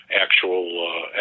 actual